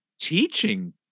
teaching